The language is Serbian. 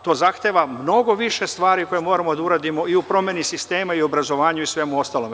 To zahteva mnogo više stvari koje moramo da uradimo i u promeni sistema i u obrazovanju i u svemu ostalom.